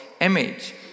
image